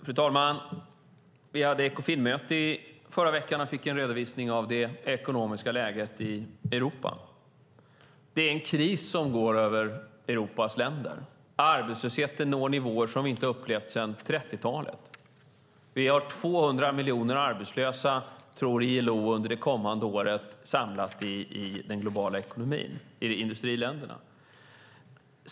Fru talman! Vi hade Ekofinmöte i förra veckan och fick en redovisning av det ekonomiska läget i Europa. Det är en kris som går över Europas länder. Arbetslösheten når nivåer som vi inte upplevt sedan 30-talet. Vi har 200 miljoner arbetslösa, tror ILO, under det kommande året samlat i industriländerna.